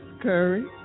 Curry